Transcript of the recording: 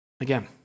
Again